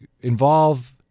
involve